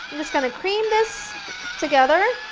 i'm just going to cream this together.